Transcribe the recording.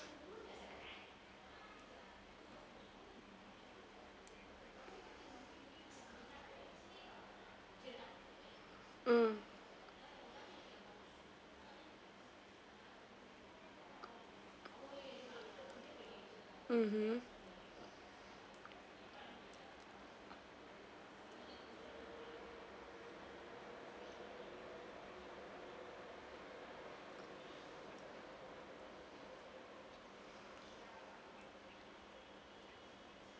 mm mmhmm